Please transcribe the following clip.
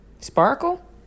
sparkle